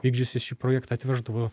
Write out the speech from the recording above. vykdžiusi šį projektą atveždavo